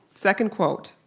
second quote.